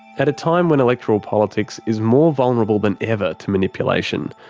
at a time when electoral politics is more vulnerable than ever to manipulation,